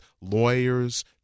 lawyers